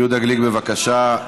יהודה גליק, בבקשה.